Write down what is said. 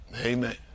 Amen